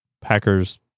Packers